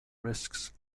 risks